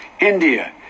India